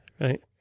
Right